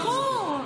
ברור,